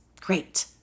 great